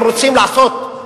אם רוצים לעשות,